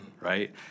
right